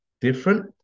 Different